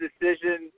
decision